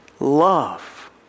Love